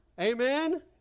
Amen